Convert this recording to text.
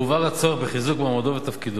והובהר הצורך בחיזוק מעמדו ותפקידו.